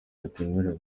batemerewe